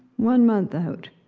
one month out.